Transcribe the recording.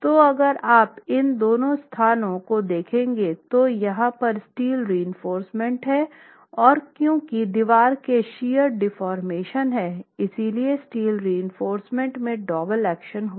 तो अगर आप इन दो स्थानों को देखेंगे तो यहाँ पर स्टील रीइंफोरसमेंट है और क्यूंकि दिवार में शियर डेफोर्मेशन है इसलिए स्टील रीइंफोरसमेंट में डोवेल एक्शन होगा